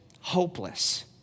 hopeless